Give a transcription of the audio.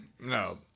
No